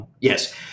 Yes